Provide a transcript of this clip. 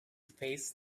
face